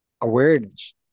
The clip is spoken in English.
awareness